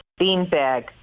beanbag